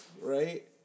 right